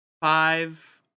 five